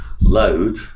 load